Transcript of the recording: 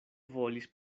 volis